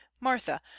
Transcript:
martha